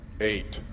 eight